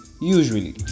usually